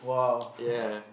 ya